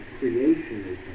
creationism